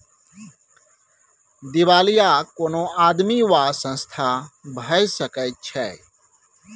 दिवालिया कोनो आदमी वा संस्था भए सकैत छै